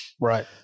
Right